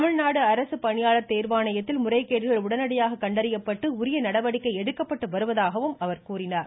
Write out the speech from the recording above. தமிழ்நாடு அரசு பணியாளர் தேர்வாணையத்தில் முறைகேடுகள் உடனடியாக கண்டறியப்பட்டு உரிய நடவடிக்கை எடுக்கப்பட்டு வருவதாகவும் அவர் கூறினார்